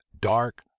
dark